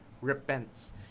repents